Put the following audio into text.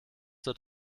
zur